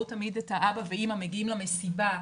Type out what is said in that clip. תמיד את האבא והאימא מגיעים למסיבה,